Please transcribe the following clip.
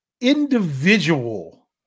individual